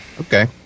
Okay